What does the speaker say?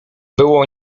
było